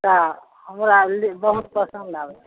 हँ हमरा बहुत पसन्द आबै छै